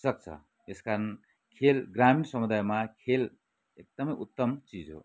सक्छ त्यस कारण खेल ग्रामीण समुदायमा खेल एकदमै उत्तम चिज हो